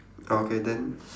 okay then